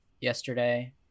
yesterday